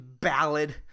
ballad